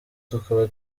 tukaba